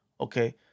Okay